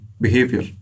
behavior